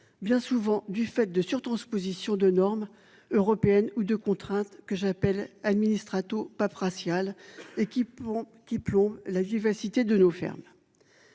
Bien souvent du fait de surtransposition de normes européennes ou de contraintes que j'appelle administre Atos paf raciale et qui vont, qui plombe la vivacité de nos fermes.